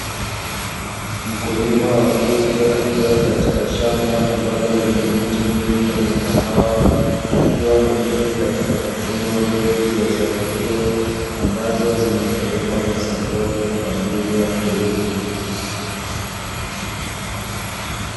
Mkulima wa kike akiwa katika shamba ambalo lina miti mingi ya mikahawa, akiwa makini katika kuchuma mbegu za zao hilo, ambazo zinapelekwa masokoni kwa ajili ya kuuzwa.